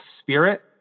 Spirit